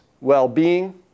well-being